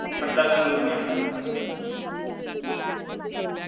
खंदा कंदूरियां